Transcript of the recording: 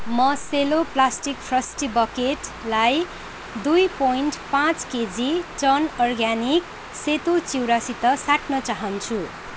म Cello plastic frosty बकेटलाई दुई पोइन्ट पाँच केजी टर्न अर्ग्यानिक सेतो चिउरासित साट्न चाहान्छु